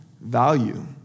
value